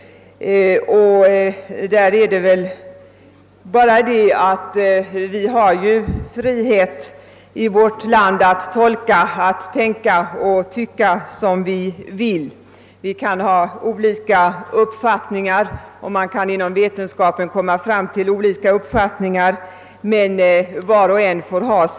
Sedan är det klart att man kan fråga sig hur man skall tolka Guds ord.